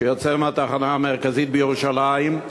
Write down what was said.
שיוצא מהתחנה המרכזית בירושלים,